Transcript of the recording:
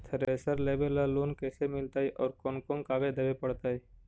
Thresher लेबे ल loan कैसे मिलतइ और कोन कोन कागज देबे पड़तै?